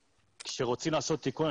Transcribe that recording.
כשרוצים לעשות תיקון,